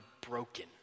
broken